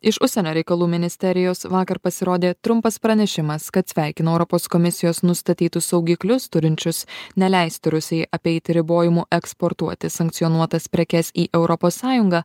iš užsienio reikalų ministerijos vakar pasirodė trumpas pranešimas kad sveikino europos komisijos nustatytus saugiklius turinčius neleisti rusijai apeiti ribojimų eksportuoti sankcionuotas prekes į europos sąjungą